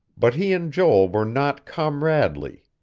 but he and joel were not comradely.